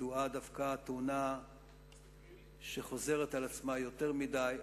וידועה דווקא תאונה שחוזרת על עצמה יותר מדי,